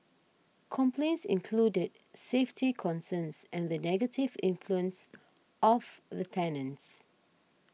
complaints included safety concerns and the negative influence of the tenants